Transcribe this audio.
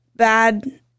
Bad